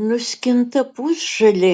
nuskinta pusžalė